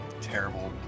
terrible